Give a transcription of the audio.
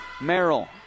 Merrill